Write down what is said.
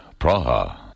Praha